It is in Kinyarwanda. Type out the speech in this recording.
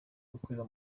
gukorera